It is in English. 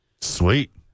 Sweet